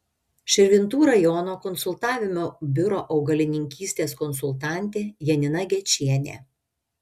širvintų rajono konsultavimo biuro augalininkystės konsultantė janina gečienė